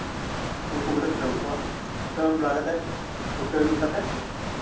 ᱩᱱᱠᱩ ᱦᱚᱸᱞᱮ ᱠᱩᱴᱟᱹᱢ ᱠᱚᱣᱟ ᱠᱩᱴᱟᱹᱢ ᱵᱟᱲᱟ ᱠᱟᱛᱮᱫ ᱠᱩᱴᱟᱹᱢ ᱠᱟᱛᱮᱫ